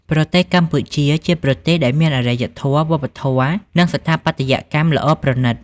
ប្រទេសកម្ពូជាជាប្រទេសដែលមានអរិយធម៌ វប្បធម៌ និងស្ថាបត្យកម្មយ៉ាងល្អប្រណិត។